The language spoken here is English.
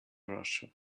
russia